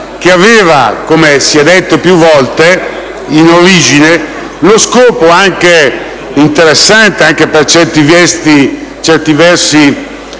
che, come si è detto più volte, in origine aveva lo scopo, anche interessante e per certi versi